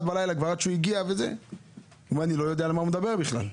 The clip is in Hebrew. הוא אומר לי: אני לא יודע על מה מדברים בכלל.